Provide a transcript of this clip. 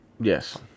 Yes